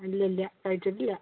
ഇല്ലില്ല കഴിച്ചിട്ടില്ല